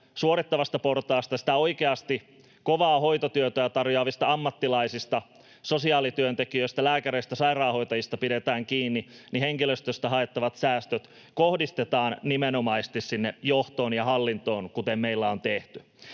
suorittavasta portaasta, sitä oikeasti kovaa hoitotyötä tarjoavista ammattilaisista — sosiaalityöntekijöistä, lääkäreistä ja sairaanhoitajista — pidetään kiinni, niin henkilöstöstä haettavat säästöt kohdistetaan nimenomaisesti sinne johtoon ja hallintoon, kuten meillä on tehty.